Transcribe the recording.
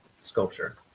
sculpture